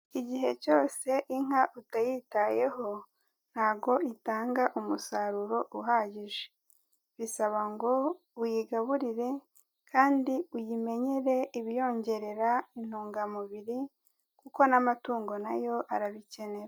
Igihe cyose inka utayitayeho ntago itanga umusaruro uhagije, bisaba ngo uyigaburire kandi uyimenyere ibiyongerera intungamubiri, kuko n'amatungo na yo arabikenera.